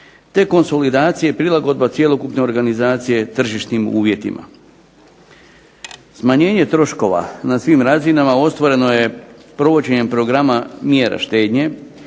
te konsolidacije prilagodba cjelokupne organizacije tržišnim uvjetima. Smanjenje troškova na svim razinama ostvareno je provođenjem programa mjera štednje,